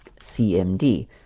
cmd